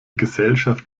gesellschaft